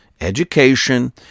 education